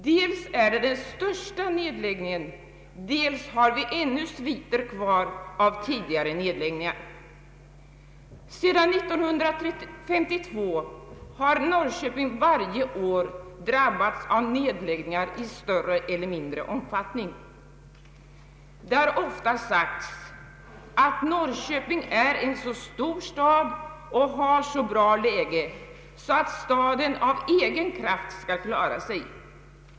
Dels är det den största nedläggningen, dels har vi ännu kvar sviter av tidigare nedläggningar. Sedan 1952 har Norrköping varje år drabbats av nedläggningar i större eller mindre omfattning. Det har ofta sagts att Norrköping är en så stor stad och har så bra läge, att staden av egen kraft skall klara sig.